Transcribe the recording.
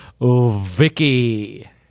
Vicky